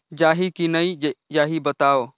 जाही की नइ जाही बताव?